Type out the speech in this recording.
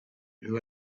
who